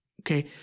Okay